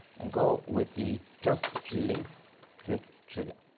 and go with the just links click trigger.